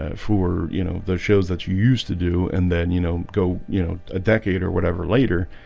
ah for you know those shows that you used to do and then you know go you know a decade or whatever later,